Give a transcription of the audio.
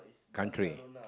country